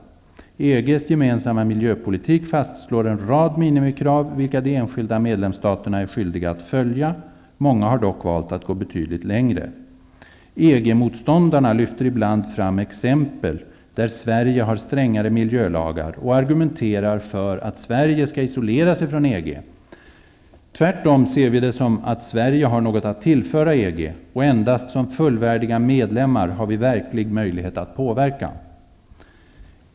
EG:s gemensamma miljöpolitik fastslår en rad minimikrav, vilka de enskilda medlemsstaterna är skyldiga att följa; många har dock valt att gå betydligt längre. EG-motståndarna lyfter ibland fram exempel där Sverige har strängare miljölagar och argumenterar för att Sverige skall isolera sig från EG. Tvärtom ser vi det som att Sverige har något att tillföra EG, och endast som fullvärdig medlem har vi verklig möjlighet att påverka.